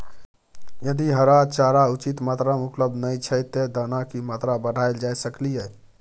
यदि हरा चारा उचित मात्रा में उपलब्ध नय छै ते दाना की मात्रा बढायल जा सकलिए?